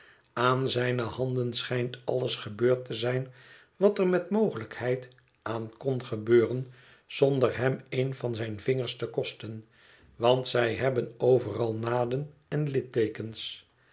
aan zijne handen schijnt alles gebeurd te zijn wat er met mogelijkheid aan kon gebeuren zonder hem een van zijne vingers te kosten want zij hebben overal naden en litteekens